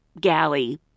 galley